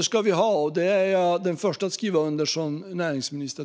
Det ska vi ha; det är jag den förste att skriva under på som näringsminister.